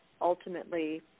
ultimately